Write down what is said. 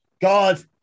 God